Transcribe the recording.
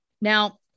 Now